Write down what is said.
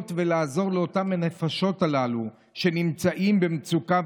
ולעזור לאותן הנפשות הללו שנמצאות במצוקה,